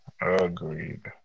Agreed